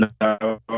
No